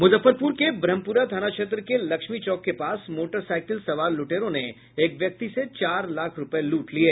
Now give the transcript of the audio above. मूजफ्फरपूर के ब्रह्मपूरा थाना क्षेत्र के लक्ष्मी चौक के पास मोटरसाईकिल सवार लूटेरों ने एक व्यक्ति से चार लाख रूपये लूट लिये